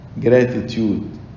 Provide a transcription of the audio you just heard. gratitude